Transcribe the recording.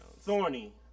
Thorny